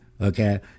Okay